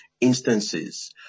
instances